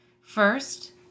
First